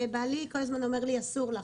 שבעלי כל הזמן אומר לי: אסור לך,